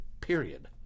period